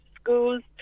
schools